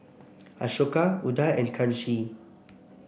Ashoka Udai and Kanshi